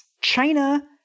China